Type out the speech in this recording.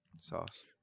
sauce